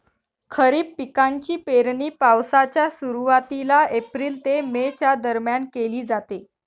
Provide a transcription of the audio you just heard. खरीप पिकांची पेरणी पावसाच्या सुरुवातीला एप्रिल ते मे च्या दरम्यान केली जाते